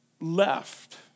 left